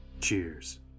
Cheers